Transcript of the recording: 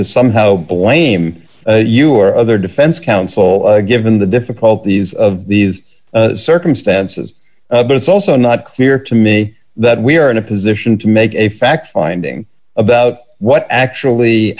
to somehow blame you or other defense counsel given the difficulties of these circumstances but it's also not clear to me that we are in a position to make a fact finding about what actually